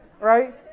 Right